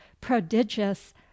prodigious